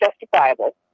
justifiable